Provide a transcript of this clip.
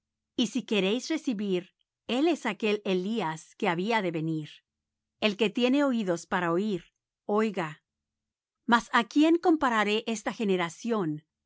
y si queréis recibir él es aquel elías que había de venir el que tiene oídos para oir oiga mas á quién compararé esta generación